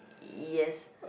yes